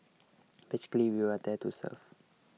basically you are there to serve